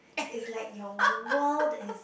is like your world is